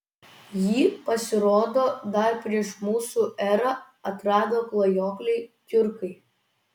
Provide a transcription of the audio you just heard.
jį pasirodo dar prieš mūsų erą atrado klajokliai tiurkai